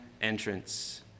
entrance